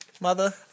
mother